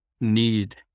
need